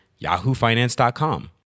yahoofinance.com